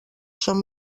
són